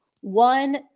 one